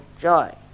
joy